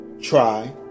Try